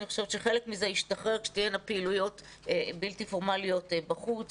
אני חושבת שחלק מזה ישתחרר כשתהיינה פעילויות בלתי פורמליות בחוץ.